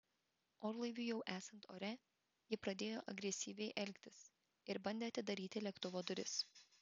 orlaiviui jau esant ore ji pradėjo agresyviai elgtis ir bandė atidaryti lėktuvo duris